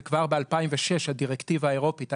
וכבר ב-2006 הדירקטיבה האירופית,